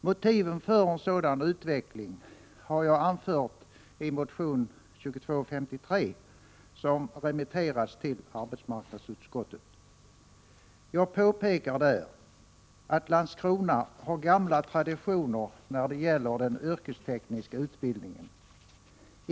Motiven för en sådan utveckling har jag anfört i motion 2253, som remitterats till arbetsmarknadsutskottet. Jag påpekar där att Landskrona har gamla traditioner när det gäller den yrkestekniska utbildningen.